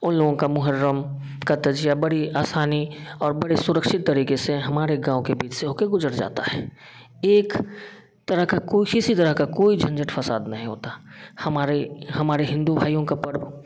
उन लोगों के मोहर्रम के ताज़िए बड़ी आसानी और बड़े सुरक्षित तरीक़े से हमारे गाँव के बीच से होकर गुज़र जाता है एक तरह का कोई किसी तरह का कोई झंझट फ़साद नहीं होता हमारे हमारे हिंदू भाइयों का पर्व